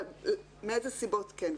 מאיזה סיבות כן,